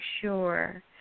sure